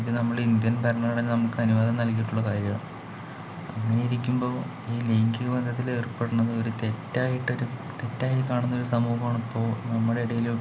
ഇത് നമ്മളെ ഇന്ത്യൻ ഭരണഘടന നമുക്ക് അനുവാദം നൽകിയിട്ടുള്ള കാര്യമാണ് അങ്ങനെയിരിക്കുമ്പോൾ ഈ ലൈംഗീക ബന്ധത്തിലേർപ്പെടുന്നത് ഒരു തെറ്റായിട്ടൊരു തെറ്റായി കാണുന്നൊരു സമൂഹമാണ് ഇപ്പോ നമ്മുടെ ഇടയിലും